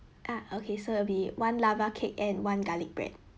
ah okay so it'll be one lava cake and one garlic bread